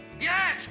Yes